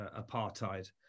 Apartheid